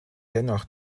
dennoch